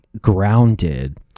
grounded